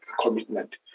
commitment